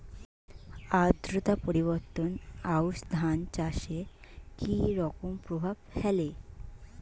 আদ্রতা পরিবর্তন আউশ ধান চাষে কি রকম প্রভাব ফেলে?